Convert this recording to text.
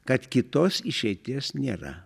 kad kitos išeities nėra